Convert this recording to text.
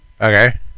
Okay